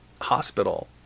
hospital